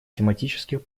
тематических